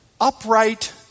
upright